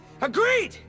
Agreed